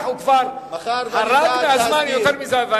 הוא כבר חרג מהזמן יותר מדי,